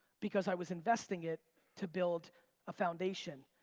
because i was investing it to build a foundation.